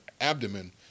abdomen